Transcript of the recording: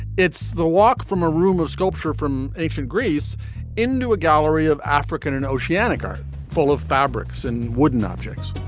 it's the walk from a room of sculpture from ancient greece into a gallery of african and oceanic are full of fabrics and wooden objects.